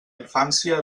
infància